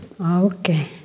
Okay